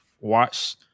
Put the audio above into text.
watch